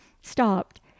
stopped